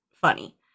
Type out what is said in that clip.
funny